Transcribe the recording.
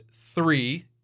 three